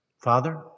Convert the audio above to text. Father